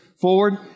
forward